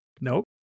nope